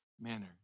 manner